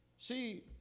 See